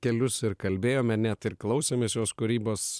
kelius ir kalbėjome net ir klausėmės jos kūrybos